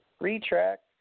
Retract